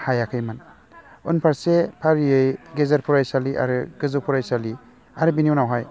हायाखैमोन उनफारसे फारियै गेजेर फरायसालि आरो गोजौ फरायसालि आरो बिनि उनावहाय